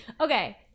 Okay